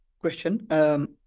question. (